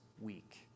week